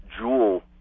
jewel